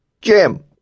Jim